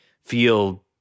feel